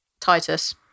Titus